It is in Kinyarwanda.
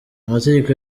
amategeko